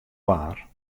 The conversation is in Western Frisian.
waar